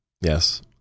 Yes